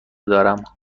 دارم